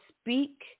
speak